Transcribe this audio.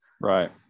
right